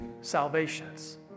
salvations